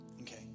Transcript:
Okay